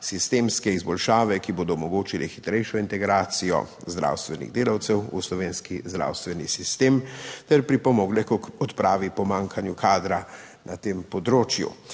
sistemske izboljšave, ki bodo omogočile hitrejšo integracijo zdravstvenih delavcev v slovenski zdravstveni sistem ter pripomogle k odpravi pomanjkanju kadra na tem področju.